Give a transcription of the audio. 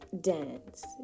dance